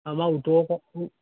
আমাৰ উত্তৰ